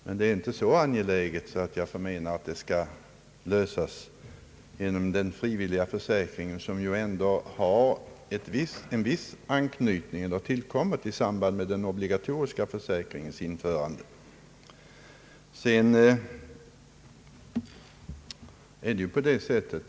Men det är inte så angeläget att jag förmenar att problemet skall lösas genom den frivilliga försäkring som tillkommit i samband med den obligatoriska försäkringens införande.